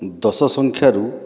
ଦଶ ସଂଖ୍ୟାରୁ